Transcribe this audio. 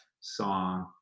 song